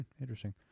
Interesting